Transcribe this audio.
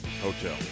Hotel